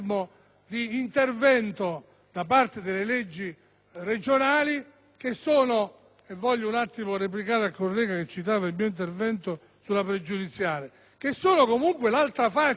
di intervento da parte delle leggi regionali che sono - e voglio un attimo replicare al collega che citava il mio intervento sulla questione pregiudiziale - l'altra faccia